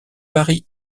paris